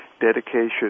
dedication